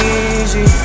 easy